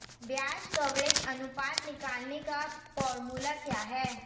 ब्याज कवरेज अनुपात निकालने का फॉर्मूला क्या है?